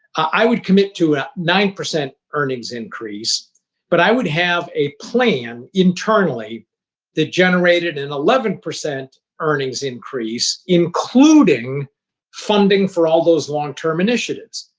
i would commit to a nine percent earnings increase but i would have a plan internally that generated an eleven percent earnings increase including funding for all those long-term initiatives.